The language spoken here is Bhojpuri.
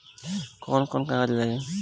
कौन कौन कागज लागी?